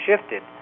shifted